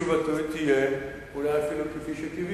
שתשובתי תהיה, אולי אפילו כפי שקיוויתי,